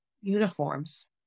uniforms